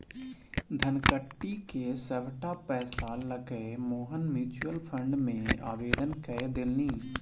धनकट्टी क सभटा पैसा लकए मोहन म्यूचुअल फंड मे आवेदन कए देलनि